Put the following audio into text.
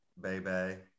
baby